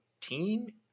team